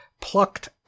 plucked